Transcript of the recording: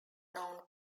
known